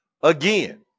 Again